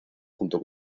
junto